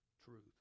truth